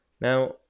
Now